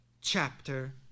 chapter